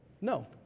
No